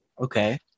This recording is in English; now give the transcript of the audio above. Okay